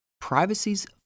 Privacy's